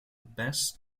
best